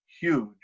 huge